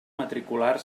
matricular